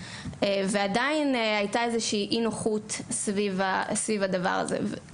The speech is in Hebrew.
עדיין הייתה איזו שהיא אי נוחות סביב הדבר הזה.